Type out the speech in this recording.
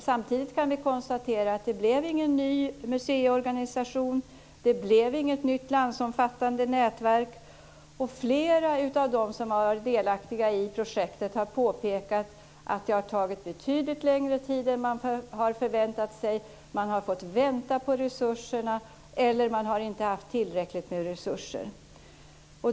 Samtidigt kan vi konstatera att det inte blev någon ny museiorganisation eller något nytt landsomfattande nätverk, och flera av dem som har varit delaktiga i projektet har påpekat att det har tagit betydligt längre tid än man har förväntat; man har fått vänta på resurserna eller man har inte haft tillräckligt med resurser.